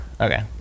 Okay